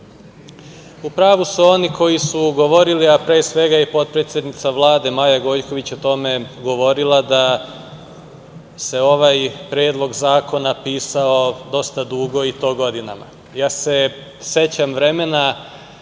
su oni koji su govorili, a pre svega je i potpredsednica Vlade Maja Gojković o tome govorila, da se ovaj Predlog zakona pisao dosta dugo i to godinama. Ja se sećam vremena